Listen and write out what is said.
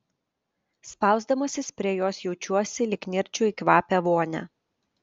spausdamasis prie jos jaučiuosi lyg nirčiau į kvapią vonią